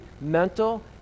mental